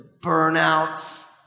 burnouts